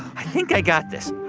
i think i got this.